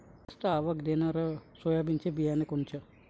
जास्त आवक देणनरं सोयाबीन बियानं कोनचं?